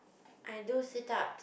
I do sit up